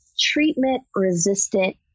treatment-resistant